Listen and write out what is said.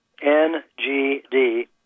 NGD